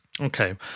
Okay